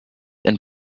and